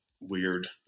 weird